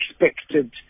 expected